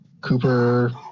Cooper